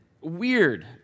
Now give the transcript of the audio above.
weird